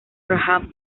rahman